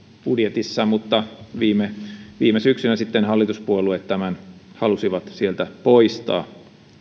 budjetissa mutta viime viime syksynä sitten hallituspuolueet tämän halusivat sieltä poistaa